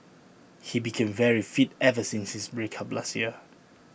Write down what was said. he became very fit ever since his break up last year